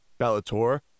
Bellator